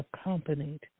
accompanied